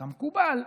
כמקובל,